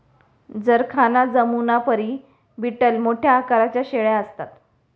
जरखाना जमुनापरी बीटल मोठ्या आकाराच्या शेळ्या असतात